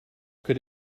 could